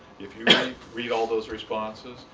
if you read all those responses,